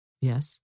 Yes